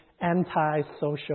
anti-social